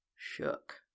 shook